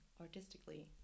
artistically